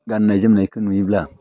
गान्नाय जोमनायखो नुयोब्ला